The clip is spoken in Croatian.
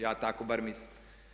Ja tako bar mislim.